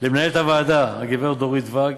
למנהלת הוועדה הגברת דורית ואג,